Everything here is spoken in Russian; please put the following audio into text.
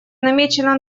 намечена